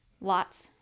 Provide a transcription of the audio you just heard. Lot's